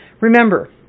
Remember